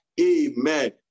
Amen